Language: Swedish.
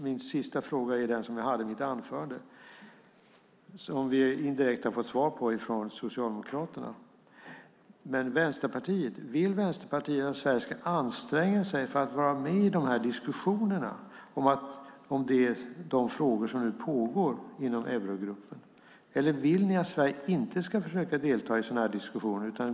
Min sista fråga är den som jag hade i mitt anförande och som vi indirekt har fått svar på från Socialdemokraterna. Vill Vänsterpartiet att Sverige ska anstränga sig för att vara med i diskussionerna om de frågor som nu pågår inom eurogruppen, eller vill ni att Sverige inte ska försöka delta i sådana diskussioner?